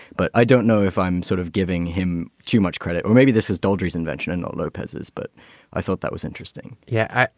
but i don't know if i'm sort of giving him too much credit or maybe this is doges invention and. lopezes. but i thought that was interesting yeah,